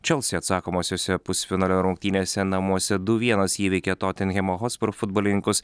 čelsi atsakomosiose pusfinalio rungtynėse namuose du vienas įveikė totenhemo hotspur futbolininkus